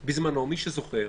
בזמנו, מי שזוכר,